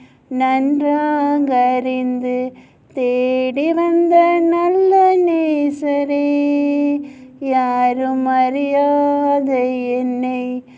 நன்றாக அறிந்து தேடி வந்த நல்ல நேசரே யாரும் அறியாத என்னை:nandraaga arinthu thedi vaantha nalla nesare yaarum airyaatha ennai